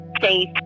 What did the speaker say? safe